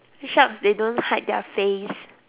sharks they don't hide their face